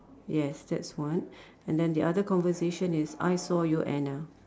yes that's one and then the other conversation is I saw you Anna